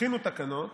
הכינו תקנות,